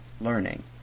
learning